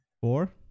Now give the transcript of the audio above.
Four